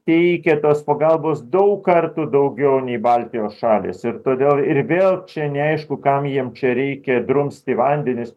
teikė tos pagalbos daug kartų daugiau nei baltijos šalys ir todėl ir vėl čia neaišku kam jiem čia reikia drumsti vandenis